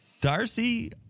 Darcy